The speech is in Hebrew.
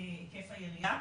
היקף היריעה.